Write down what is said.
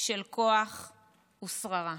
של כוח ושררה.